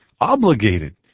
obligated